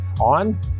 on